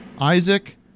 Isaac